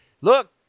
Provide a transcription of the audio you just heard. look